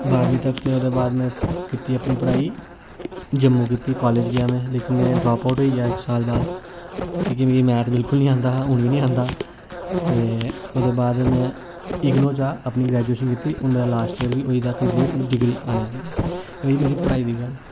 बारह्मीं तक ते ओह्दे बाद में कीती अपनी पढ़ाई जम्मू कीती कालज गेआ में लेकिन में ड्राप आउट होई गेआ इक साल बाद कि कि मैथ मिगी बिल्कुल नेईं आंदा हा हून बी नेईं आंदा ते ओह्दे बाद में इगनो चा अपनी ग्रैजुशन कीती हून मेरा लास्ट इयर बी होई गेदा कंपलीट डिग्री आह्ने आह्ली ऐ रेही मेरी पढ़ाई दी गल्ल